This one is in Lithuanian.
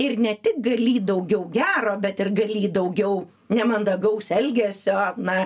ir ne tik galį daugiau gero bet ir galį daugiau nemandagaus elgesio na